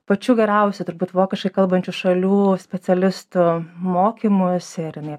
pačių geriausių turbūt vokiškai kalbančių šalių specialistų mokymus ir jinai